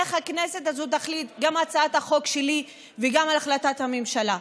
איך הכנסת הזו תחליט גם על הצעת החוק שלי וגם על החלטת הממשלה.